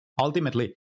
ultimately